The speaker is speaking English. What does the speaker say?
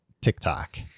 TikTok